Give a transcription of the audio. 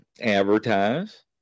advertise